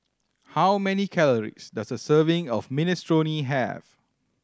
how many calories does a serving of Minestrone have